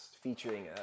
featuring